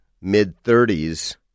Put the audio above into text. mid-30s